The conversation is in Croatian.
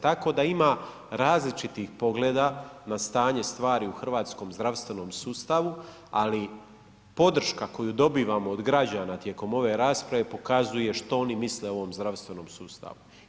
Tako da ima različitih pogleda na stanje stvari u hrvatskom zdravstvenom sustavu ali podrška koju dobivamo od građana tijekom ove rasprave pokazuje što oni misle o ovome zdravstvenom sustavu.